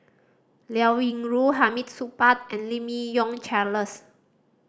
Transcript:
Liao Yingru Hamid Supaat and Lim Yi Yong Charles